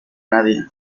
nadie